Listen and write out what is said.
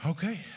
Okay